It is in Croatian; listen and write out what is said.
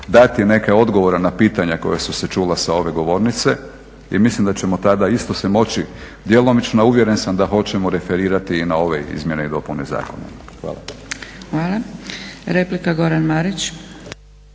dati neke odgovore na koja su se čula sa ove govornice i mislim da ćemo tada isto se moći djelomično, a uvjeren sam da hoćemo referirati i na ove izmjene i dopune zakona. Hvala. **Zgrebec, Dragica